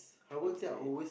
okay